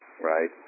right